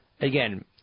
Again